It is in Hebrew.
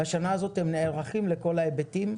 בשנה הזאת הם נערכים לכל ההיבטים.